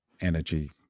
energy